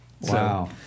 Wow